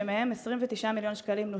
ומהם נוצלו 29 מיליון שקלים.